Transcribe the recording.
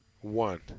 One